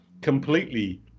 completely